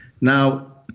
Now